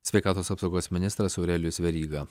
sveikatos apsaugos ministras aurelijus veryga